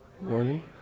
morning